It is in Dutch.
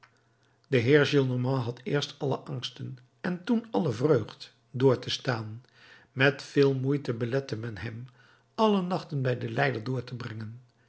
de heer gillenormand had eerst alle angsten en toen alle vreugd door te staan met veel moeite belette men hem alle nachten bij den lijder door te brengen